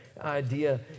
idea